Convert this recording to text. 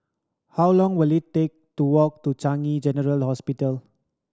how long will it take to walk to Changi General Hospital